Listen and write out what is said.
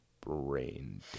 brain